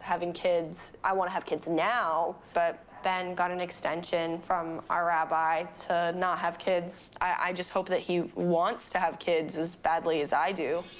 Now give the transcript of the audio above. having kids. i want to have kids now, but ben got an extension from our rabbi to not have kids. i just hope that he wants to have kids as badly as i do.